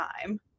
time